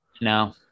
No